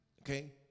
okay